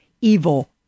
evil